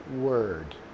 word